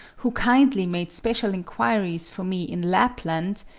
who kindly made special enquiries for me in lapland,